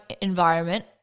environment